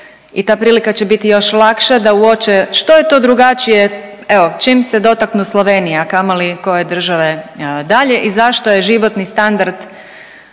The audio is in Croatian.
i ta prilika će biti još lakša da uoče što je to drugačije evo čim se dotaknu Slovenije, a kamoli koje države dalje i zašto je životni standard